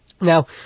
Now